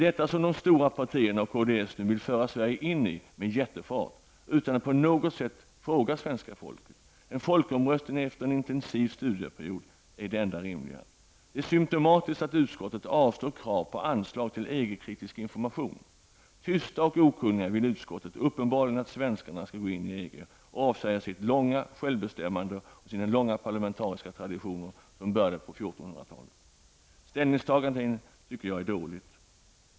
Detta vill de stora partierna och KDS nu föra Sverige in i med jättefart utan att på något sätt fråga svenska folket. En folkomröstning efter en intensiv studieperiod är det enda rimliga. Det är symptomatiskt att utskottet avslår krav på anslag till EG-kritisk information. Tysta och okunniga vill utskottet uppenbarligen att svenskarna skall gå in i EG och avsäga sig sitt långa självbestämmande och sin långa parlamentariska tradition, som började på 1400-talet. Ställningstagandet är dåligt.